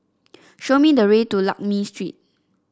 show me the way to Lakme Street